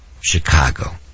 Chicago